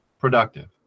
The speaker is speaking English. productive